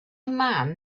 man